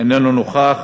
איננו נוכח,